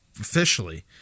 officially